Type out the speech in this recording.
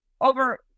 over